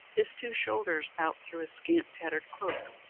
his two shoulders out through his scant, tattered cloak,